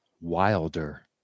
Wilder